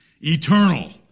Eternal